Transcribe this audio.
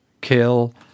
kill